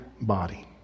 body